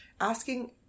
asking